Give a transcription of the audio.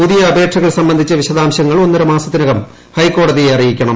പുതിയ അപേക്ഷകൾ സംബന്ധിച്ച വിശദാംശങ്ങൾ ഒന്നരമാസത്തിനകം ഹൈക്കോടതിയെ അറിയിക്കണം